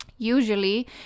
usually